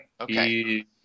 Okay